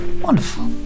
wonderful